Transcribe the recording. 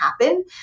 happen